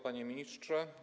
Panie Ministrze!